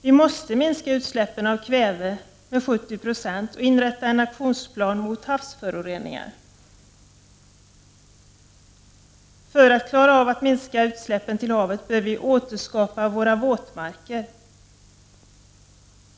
Vi måste minska utsläppen av kväve med 70 90 och upprätta en aktionsplan mot havsföroreningar. För att klara av att minska utsläppen till havet bör vi återskapa våra våtmarker.